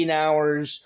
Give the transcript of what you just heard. hours